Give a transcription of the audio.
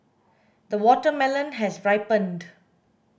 the watermelon has ripened